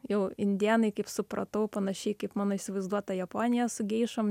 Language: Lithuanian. jau indėnai kaip supratau panašiai kaip mano įsivaizduota japonija su geišom